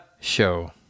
show